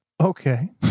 Okay